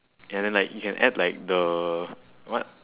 ya then like you can add like the what